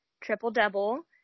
triple-double